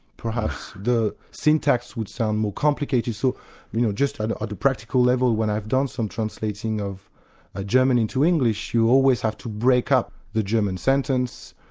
perhaps, the syntax would sound more complicated. so you know just at and a and practical level when i've done some translating of ah german into english, you always have to break up the german sentence,